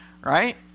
right